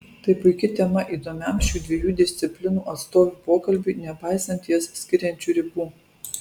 tai puiki tema įdomiam šių dviejų disciplinų atstovų pokalbiui nepaisant jas skiriančių ribų